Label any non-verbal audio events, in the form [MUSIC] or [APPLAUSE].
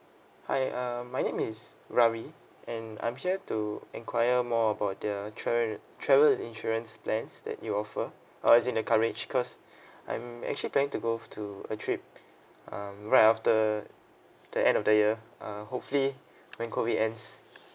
hi um my name is ravi and I'm here to enquire more about the travel travel insurance plans that you offer uh it's in the coverage because [BREATH] I'm actually planning to go to a trip um right after the end of the year uh hopefully when COVID ends